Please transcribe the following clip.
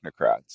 technocrats